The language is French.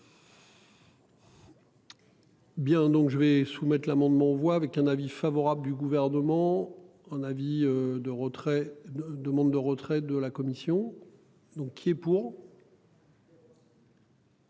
Bien, donc je vais soumettre l'amendement voit avec un avis favorable du gouvernement un avis de retrait de demande de retrait de la commission donc qui est pour.